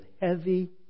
heavy